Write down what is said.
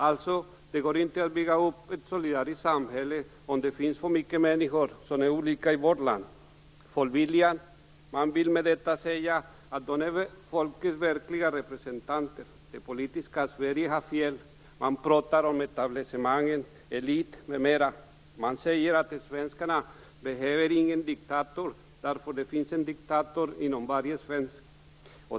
Alltså: Det går inte att bygga upp ett solidariskt samhälle om det finns för många människor i vårt land som är olika. Med "Folkviljan" vill man säga att det handlar om folkets verkliga representanter. Det politiska Sverige har fel. Man pratar om etablissemanget, eliten m.m. Man säger att svenskarna inte behöver någon diktator därför att det finns en diktator inom varje svensk.